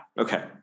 Okay